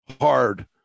hard